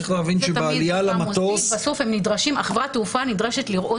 צריך להבין שבעלייה למטוס -- חברת התעופה דורשת לראות